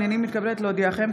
הינני מתכבדת להודיעכם,